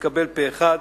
שהתקבל פה אחד,